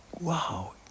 wow